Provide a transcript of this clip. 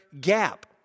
gap